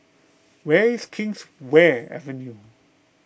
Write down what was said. where is Kingswear Avenue